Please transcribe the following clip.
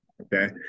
Okay